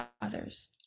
others